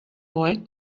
boy